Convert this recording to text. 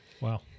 Wow